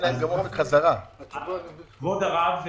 כבוד הרב,